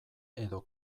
edo